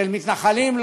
של מתנחלים,